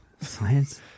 Science